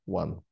one